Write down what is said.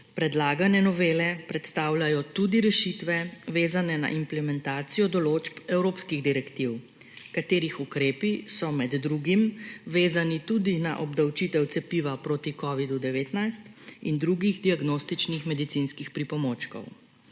predlagane novele predstavljajo tudi rešitve, vezane na implementacijo določb evropskih direktiv, katerih ukrepi so med drugim vezani tudi na obdavčitev cepiva proti covidu-19 in drugih diagnostičnih medicinskih pripomočkov.